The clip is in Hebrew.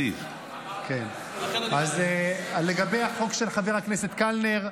אז לגבי החוק של חבר הכנסת קלנר,